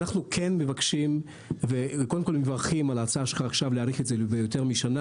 אנחנו קודם כל מברכים על ההצעה שלך עכשיו להאריך את זה ביותר משנה,